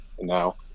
now